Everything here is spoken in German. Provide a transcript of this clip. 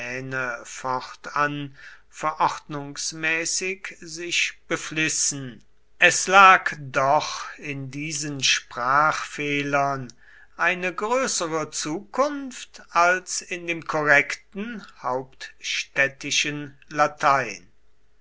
fortan verordnungsmäßig sich beflissen es lag doch in diesen sprachfehlern eine größere zukunft als in dem korrekten hauptstädtischen latein